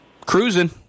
Cruising